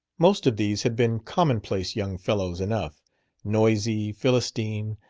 most of these had been commonplace young fellows enough noisy, philistine,